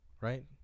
right